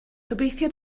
gobeithio